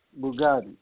Bugatti